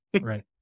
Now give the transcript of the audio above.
Right